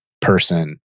person